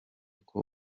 uko